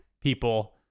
people